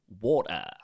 Water